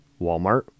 Walmart